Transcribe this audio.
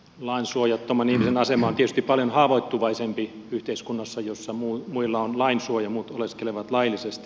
lainsuojattoman ihmisen asema on tietysti paljon haavoittuvaisempi yhteiskunnassa jossa muilla on lain suoja muut oleskelevat laillisesti